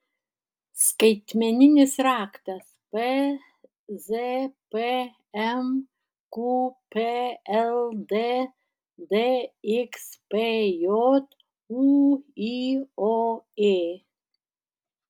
skaitmeninis raktas pzpm qpld dxpj ūioė